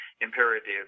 Imperative